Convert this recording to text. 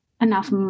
enough